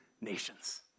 nations